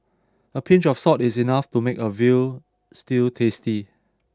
a pinch of salt is enough to make a veal stew tasty